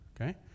Okay